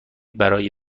برای